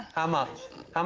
how much? um